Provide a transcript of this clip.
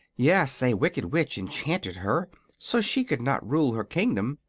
yes a wicked witch enchanted her so she could not rule her kingdom.